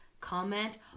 comment